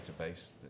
database